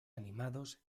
animados